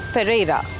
Pereira